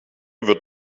wird